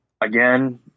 again